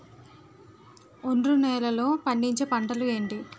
ఒండ్రు నేలలో పండించే పంటలు ఏంటి?